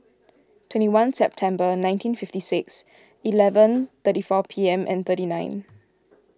twenty one September nineteen fifty six eleven thirty four P M and thirty nine